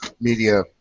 media